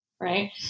right